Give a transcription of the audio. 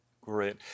Great